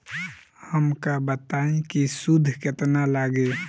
हमका बताई कि सूद केतना लागी?